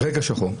רגע שחור.